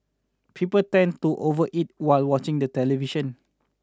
people tend to overeat while watching the television